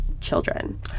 children